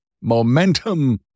momentum